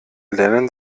lernen